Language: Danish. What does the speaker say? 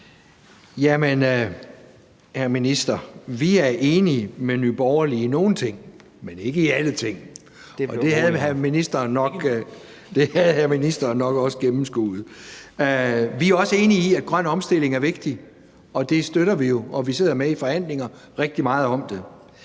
Jamen, hr. minister, vi er enige med Nye Borgerlige i nogle ting, men ikke i alle ting, og det havde ministeren nok også gennemskuet. Vi er også enige i, at en grøn omstilling er vigtig, og det støtter vi jo, og vi sidder jo rigtig meget med